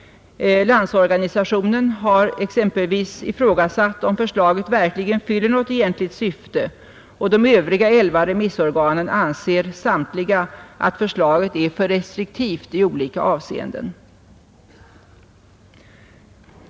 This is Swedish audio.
Landsorganisationen har exempelvis ifrågasatt om förslaget verkligen fyller något egentligt syfte, och de övriga elva remissorganen anser samtliga att förslaget är för restriktivt i olika avseenden.